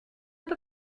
peut